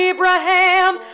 Abraham